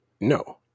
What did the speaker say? no